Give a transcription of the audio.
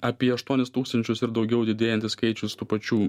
apie aštuonis tūkstančius ir daugiau didėjantis skaičius tų pačių